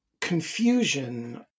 confusion